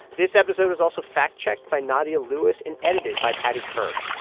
this episode was also fact-checked by nadia lewis and edited by paddy hirsch.